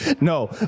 No